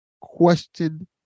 question